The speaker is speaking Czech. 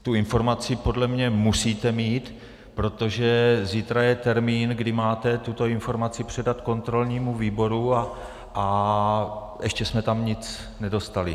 Tu informaci podle mě musíte mít, protože zítra je termín, kdy máte tuto informaci předat kontrolnímu výboru, a ještě jsme tam nic nedostali.